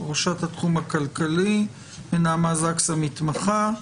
ראשת התחום הכלכלי, ונעמה זקס המתמחה.